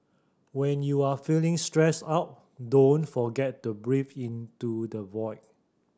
when you are feeling stressed out don't forget to breathe into the void